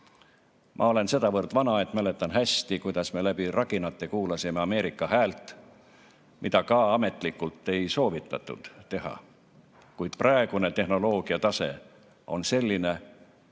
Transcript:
Ma olen sedavõrd vana, et mäletan hästi, kuidas me läbi raginate kuulasime Ameerika Häält, mida ametlikult ei soovitatud teha. Kuid praegune tehnoloogiatase on selline,